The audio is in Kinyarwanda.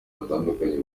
batandukanye